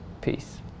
Peace